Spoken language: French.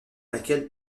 laquelle